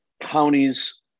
counties